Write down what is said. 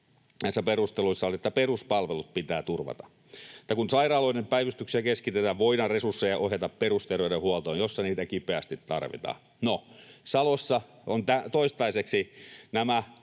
näissä perusteluissa oli, että ”peruspalvelut pitää turvata” — että kun sairaaloiden päivystyksiä keskitetään, voidaan resursseja ohjata perusterveydenhuoltoon, jossa niitä kipeästi tarvitaan. No, Salossa on toistaiseksi nämä